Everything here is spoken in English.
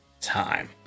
time